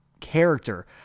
character